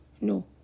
No